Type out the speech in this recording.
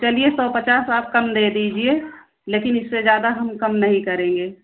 चलिए सौ पचास आप कम दे दीजिए लेकिन इससे ज़्यादा हम कम नहीं करेंगे